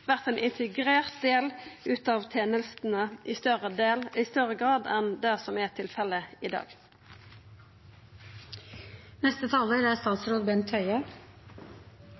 vert ein integrert del av tenestene i større grad enn det som er tilfellet i dag. Effekten av musikkterapi er